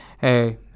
hey